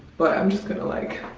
but i'm just gonna like